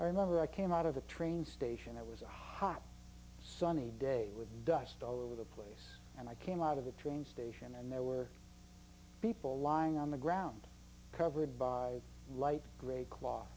i remember i came out of the train station it was a hot sunny day with dust all over the place and i came out of the train station and there were people lying on the ground covered by light grey claw